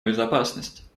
безопасность